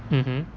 mmhmm